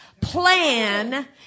plan